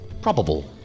Probable